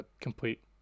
complete